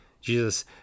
Jesus